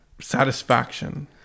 satisfaction